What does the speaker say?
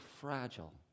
fragile